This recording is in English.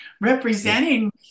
representing